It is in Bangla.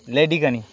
লেডিকেনি